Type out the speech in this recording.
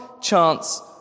chance